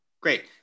great